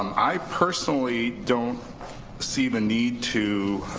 um i personally don't see the need to